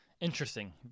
Interesting